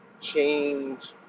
change